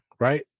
Right